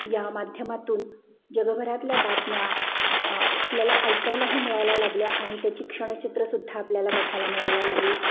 या माध्यमातून जगभरातल्या बातम्या आपल्याला ऐकायलाही मिळायला लागल्या आणि त्याची क्षणचित्रंसुद्धा आपल्याला बघायला मिळायला लागली